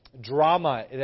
drama